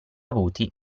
avuti